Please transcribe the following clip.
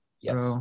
Yes